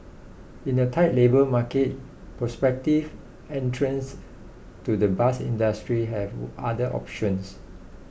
in a tight labour market prospective entrants to the bus industry have other options